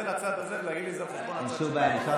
לצד הזה ולהגיד לי: זה על חשבון הזמן שלך.